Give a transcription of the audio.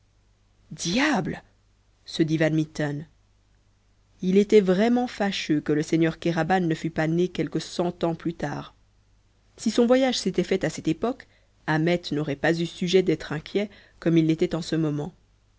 diable se dit van mitten il était vraiment fâcheux que le seigneur kéraban ne fût pas né quelque cent ans plus tard si son voyage s'était fait à cette époque ahmet n'aurait pas eu sujet d'être inquiet comme il l'était en ce moment